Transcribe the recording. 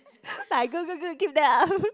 like good good good keep that up